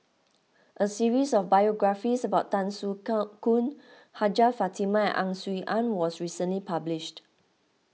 a series of biographies about Tan Soo Khoon Hajjah Fatimah and Ang Swee Aun was recently published